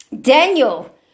Daniel